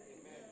Amen